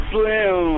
Slim